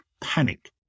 panic